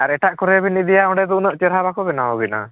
ᱟᱨ ᱮᱴᱟᱜ ᱠᱚᱨᱮ ᱵᱤᱱ ᱤᱫᱤᱭᱟ ᱚᱸᱰᱮ ᱫᱚ ᱩᱱᱟᱹᱜ ᱪᱮᱨᱦᱟ ᱵᱟᱠᱚ ᱵᱮᱱᱟᱣᱟ ᱵᱤᱱᱟ